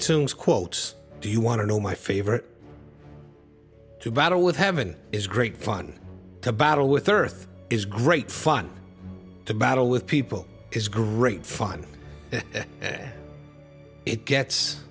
say quotes do you want to know my favor to battle with haven't is great fun to battle with earth is great fun to battle with people is great fun and it gets